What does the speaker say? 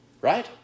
right